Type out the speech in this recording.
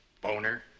Boner